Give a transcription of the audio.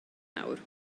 nawr